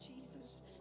Jesus